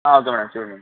ఆ okay madam sure madam